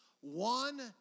One